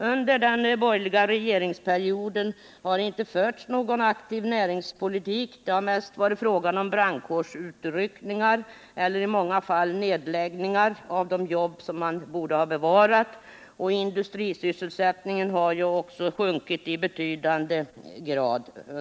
Under den borgerliga regeringsperioden har det inte förts någon aktiv näringspolitik, det har mest varit fråga om brandkårsutryckningar eller i många fall nedläggningar av de jobb man borde bevarat, och industrisysselsättningen har också sjunkit i betydande grad.